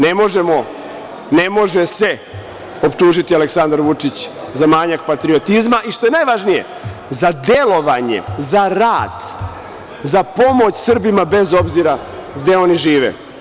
Ne može se optužiti Aleksandar Vučić za manjak patriotizma i, što je najvažnije, za delovanje, za rad, za pomoć Srbima bez obzira gde oni žive.